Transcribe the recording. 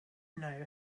know